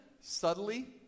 subtly